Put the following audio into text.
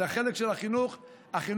זה החלק של החינוך המשלים.